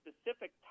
specific